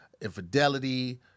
infidelity